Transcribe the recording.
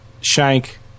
Shank